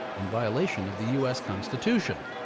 in violation of the u s. constitution.